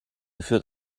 führt